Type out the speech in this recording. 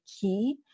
key